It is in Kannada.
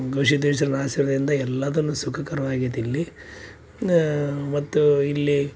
ಗವಿಸಿದ್ಧೇಶ್ವರನ ಆಶೀರ್ವಾದಿಂದ ಎಲ್ಲದೂನು ಸುಖಕರವಾಗೈತೆ ಇಲ್ಲಿ ಮತ್ತು ಇಲ್ಲಿ